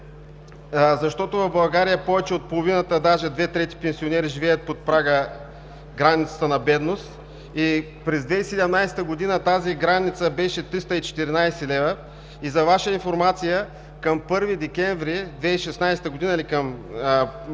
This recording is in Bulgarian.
защото в България повече от половината, даже две трети, пенсионери живеят под прага на границата на бедност и през 2017 г. тази граница беше 314 лв. За Ваша информация, към 1 декември 2016 г. или към